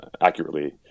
accurately